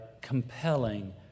compelling